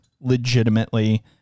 legitimately